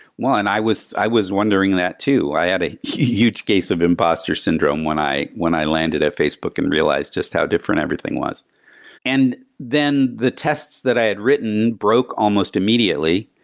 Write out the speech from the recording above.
well, and i was i was wondering that too. i had a huge case of imposter syndrome when i when i landed at facebook and realized just how different everything was and then the tests that i had written broke almost immediately.